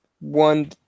one